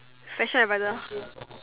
fashion adviser